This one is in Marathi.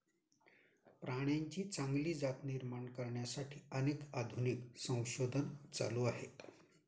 प्राण्यांची चांगली जात निर्माण करण्यासाठी अनेक आधुनिक संशोधन चालू आहे